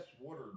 water